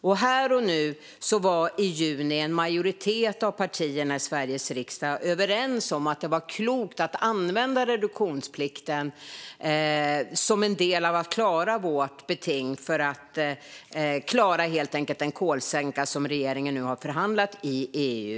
I juni var en majoritet av partierna i Sveriges riksdag överens om att det var klokt att använda reduktionsplikten som en del i arbetet med att klara vårt beting. Det gäller helt enkelt att klara den kolsänka som regeringen nu har förhandlat fram i EU.